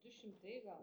du šimtai gal